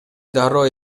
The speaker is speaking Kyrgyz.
дароо